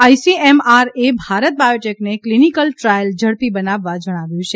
આઈસીએમઆરએ ભારત બાયોટેકને clinical trial ઝડપી બનાવવા જણાવ્યું છે